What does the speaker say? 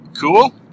Cool